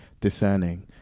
discerning